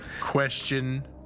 Question